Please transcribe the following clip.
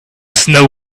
snow